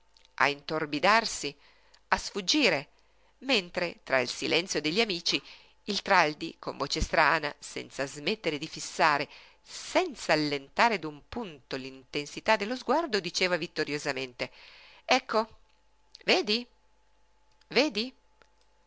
a intorbidarsi a sfuggire mentre tra il silenzio degli amici il traldi con voce strana senza smettere di fissare senz'allentare d'un punto l'intensità dello sguardo diceva vittoriosamente ecco vedi vedi